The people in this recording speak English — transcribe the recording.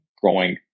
growing